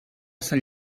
sant